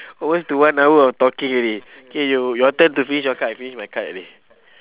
almost to one hour of talking already eh you your turn to finish your card I finish my card already